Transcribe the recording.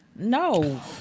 No